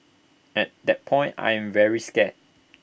at that point I am very scared